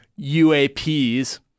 UAPs